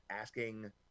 asking